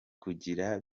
kugira